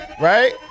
right